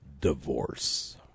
Divorce